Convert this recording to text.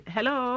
Hello